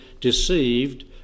deceived